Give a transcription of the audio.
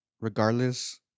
regardless